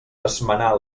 esmenar